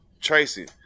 Tracy